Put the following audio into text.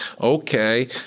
okay